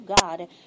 God